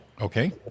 Okay